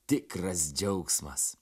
tikras džiaugsmas